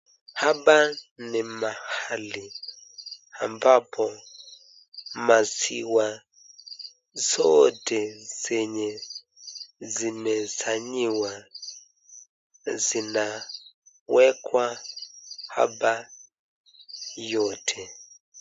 Hapa ni mahali ambapo maziwa zote zenye zimesanyiwa zinawekwa hapa yote.